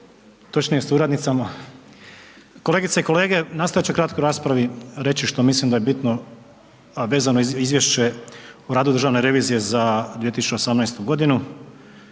točnije suradnicama, kolegice i kolege nastojat ću u kratkoj raspravi reći što mislim da je bitno, a vezano uz Izvješće o radu Državne revizije za 2018. godinu.